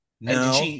No